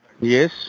Yes